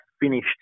finished